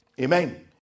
Amen